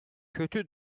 kötü